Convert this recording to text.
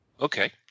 Okay